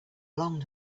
long